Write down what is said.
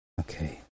Okay